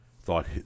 thought